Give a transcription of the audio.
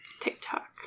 TikTok